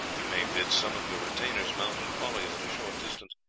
you may bid some of your retainers mount and follow you at a short distance,